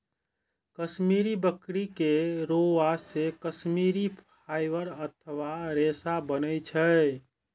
कश्मीरी बकरी के रोआं से कश्मीरी फाइबर अथवा रेशा बनै छै